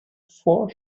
four